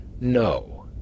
No